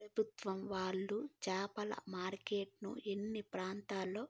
పెభుత్వం వాళ్ళు చేపల మార్కెట్లను అన్ని ప్రాంతాల్లో